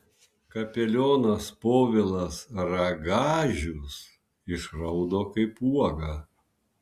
kapelionas povilas ragažius išraudo kaip uoga